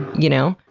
you know?